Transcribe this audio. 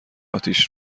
اتیش